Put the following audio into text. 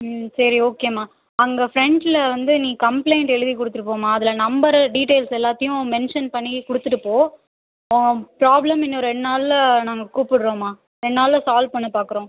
சரி ஓகேமா அங்கே ஃப்ரெண்ட்டில் வந்து நீ கம்ப்ளைண்ட் எழுதி கொடுத்துட்டு போம்மா அதில் நம்பர் டீடெயில்ஸ் எல்லாத்தையும் மென்ஷன் பண்ணி கொடுத்துட்டு போ ப்ராப்ளம் இன்னும் ரெண்டு நாளில் நாங்கள் கூப்புடுறோம்மா ரெண்டு நாளில் சால்வ் பண்ண பாக்கிறோம்